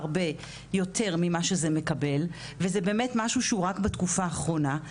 הרבה יותר ממה שזה מקבל וזה באמת משהו שהוא רק בתקופה האחרונה,